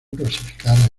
clasificar